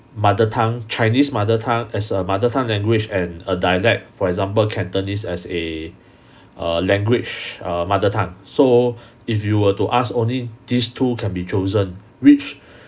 mother tongue chinese mother tongue as a mother tongue language and a dialect for example cantonese as a err language mother tongue so if you were to ask only these two can be chosen which